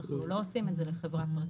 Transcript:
אנחנו לא עושים את זה לחברה פרטית.